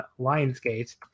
Lionsgate